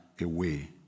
away